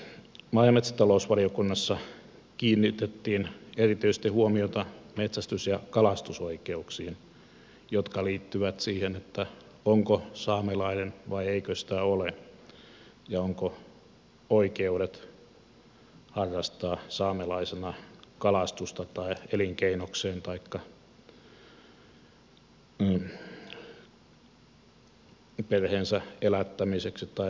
maa ja metsätalousvaliokunnassa kiinnitettiin erityisesti huomiota metsästys ja kalastusoikeuksiin jotka liittyvät siihen onko saamelainen vai eikö sitä ole ja onko oikeudet harrastaa saamelaisena kalastusta elinkeinokseen taikka perheensä elättämiseksi tai muuta